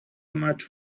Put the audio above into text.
much